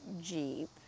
Jeep